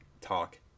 talk